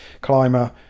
climber